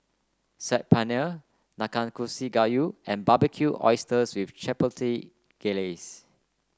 Saag Paneer Nanakusa Gayu and Barbecued Oysters with Chipotle Glaze